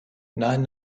nein